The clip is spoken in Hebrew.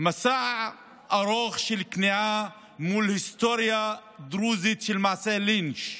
"מסע ארוך של כניעה מול היסטוריה דרוזית של מעשי לינץ',